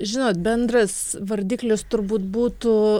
žinot bendras vardiklis turbūt būtų